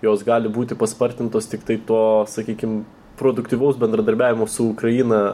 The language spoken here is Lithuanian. jos gali būti paspartintos tiktai to sakykim produktyvaus bendradarbiavimo su ukraina